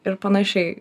ir panašiai